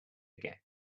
again